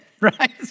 Right